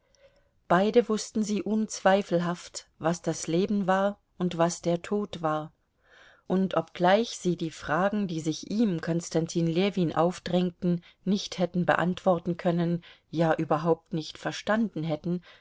beide wußten sie unzweifelhaft was das leben war und was der tod war und obgleich sie die fragen die sich ihm konstantin ljewin aufdrängten nicht hätte beantworten können ja überhaupt nicht verstanden hätten